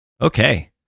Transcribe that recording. okay